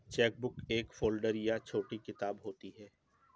chequebook एक folder या छोटी किताब होती है